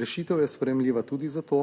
Rešitev je sprejemljiva tudi zato,